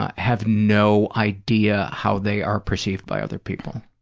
ah have no idea how they are perceived by other people.